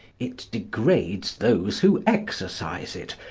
it degrades those who exercise it,